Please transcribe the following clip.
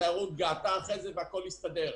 אחרי כן התיירות גאתה והכול הסתדר.